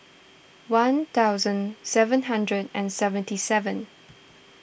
one thousand seven hundred and seventy seven